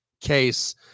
Case